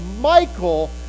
Michael